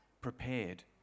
prepared